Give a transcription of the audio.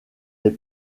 est